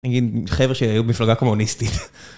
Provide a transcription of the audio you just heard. נגיד חבר'ה שהיו במפלגה קומוניסטית.